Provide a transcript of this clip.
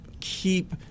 keep